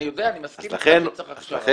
אני יודע, אני מסכים איתך שהוא צריך הכשרה.